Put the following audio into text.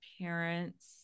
parents